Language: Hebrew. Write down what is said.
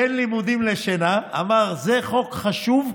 לימודים לשינה, ואמר: זה חוק חשוב.